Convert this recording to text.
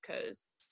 because-